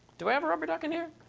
do i have a rubber duck in here?